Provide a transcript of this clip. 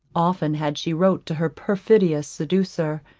often had she wrote to her perfidious seducer,